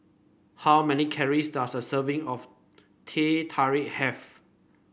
how many calories does a serving of Teh Tarik have